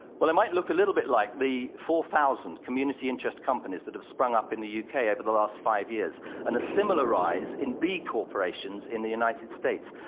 well, it might look a little bit like the four thousand community-interest companies that have sprung up in the u k. over the last five years and a similar rise in b corporations in the united states,